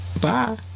Bye